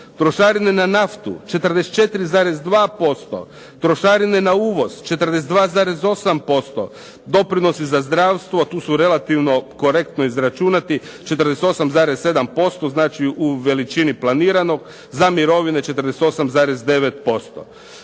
Trošarine na naftu 44,2%. Trošarine na uvoz 42,8%. Doprinosi za zdravstvo, tu su relativno korektno izračunati 48,7%, znači u veličini planiranog. Za mirovine 48,9%.